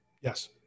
yes